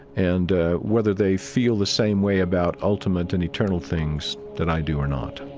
and whether they feel the same way about ultimate and eternal things that i do or not